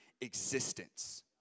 existence